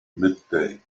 midday